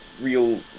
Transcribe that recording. real